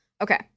Okay